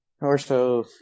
Orso